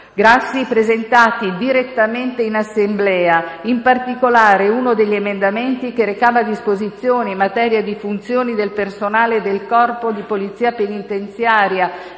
Grassi presentati direttamente in Assemblea. In particolare, uno degli emendamenti che recava disposizioni in materia di funzioni del personale del Corpo di polizia penitenziaria